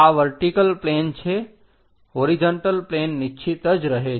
આ vertical plane છે horizontal plane નિશ્ચિત જ રહે છે